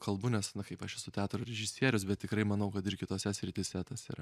kalbu nes na kaip aš esu teatro režisierius bet tikrai manau kad ir kitose srityse tas yra